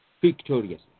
victorious